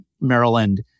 Maryland